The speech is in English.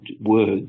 words